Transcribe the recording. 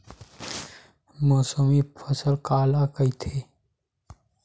मौसमी फसल काला कइथे?